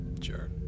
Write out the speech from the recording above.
Sure